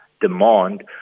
demand